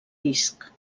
disc